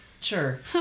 sure